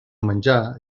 menjar